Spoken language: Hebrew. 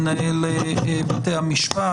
מנהל בתי המשפט,